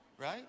right